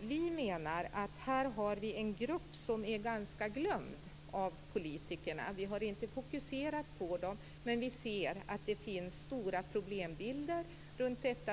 Vi menar att vi här har en grupp som är ganska glömd av politikerna. Vi har inte fokuserat på den, men vi ser att det finns stora problembilder runt detta.